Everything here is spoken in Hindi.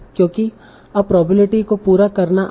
क्योंकि अब प्रोबेबिलिटी को पूरा करना आसान है